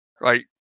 Right